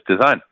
design